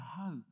hope